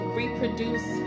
reproduce